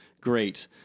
Great